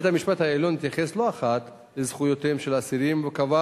בית-המשפט העליון התייחס לא אחת לזכויותיהם של האסירים וקבע